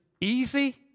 easy